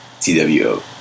two